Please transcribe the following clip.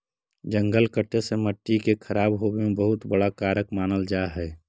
जंगल कटे से मट्टी के खराब होवे में बहुत बड़ा कारक मानल जा हइ